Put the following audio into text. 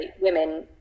women